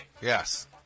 Yes